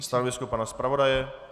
Stanovisko pana zpravodaje?